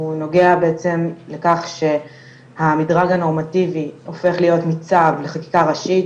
הוא נוגע בעצם לכך שהמדרג הנורמטיבי הופך להיות מצו לחקיקה ראשית,